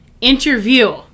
interview